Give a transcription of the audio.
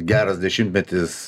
geras dešimtmetis